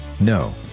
No